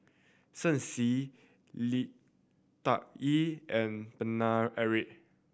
Shen Xi Li Tuck Yew and Paine Eric